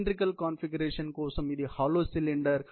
cylindrical configuration కోసం ఇది hollow cylinder